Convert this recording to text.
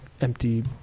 empty